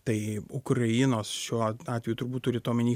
tai ukrainos šiuo atveju turbūt turit omeny